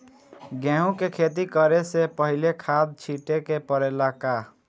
गेहू के खेती करे से पहिले खाद छिटे के परेला का?